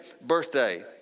birthday